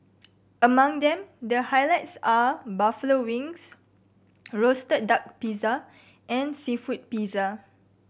among them the highlights are buffalo wings roasted duck pizza and seafood pizza